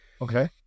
okay